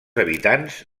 habitants